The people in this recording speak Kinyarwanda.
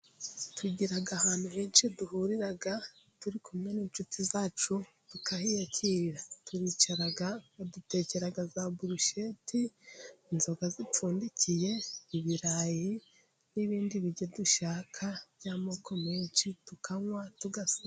Tugira ahantu henshi duhurira turi kumwe n'inshuti zacu, tukahiyakirira. Turicara badutekera za burusheti, inzoga zipfundikiye, ibirayi, n'ibindi biryo dushaka by'amoko menshi, tukanywa.